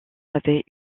avait